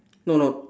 no no